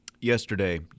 yesterday